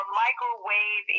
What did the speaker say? microwave